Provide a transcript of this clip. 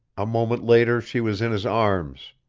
a moment later she was in his arms.